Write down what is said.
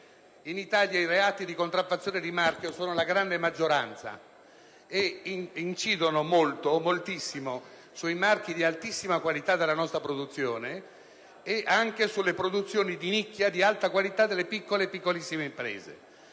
In Italia, i reati di contraffazione di marchio sono la grande maggioranza e incidono moltissimo sui marchi di altissima qualità della nostra produzione e anche sulle produzioni di nicchia di alta qualità delle piccole e piccolissime imprese.